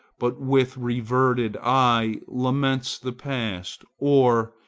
but with reverted eye laments the past, or,